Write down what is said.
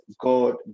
god